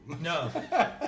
No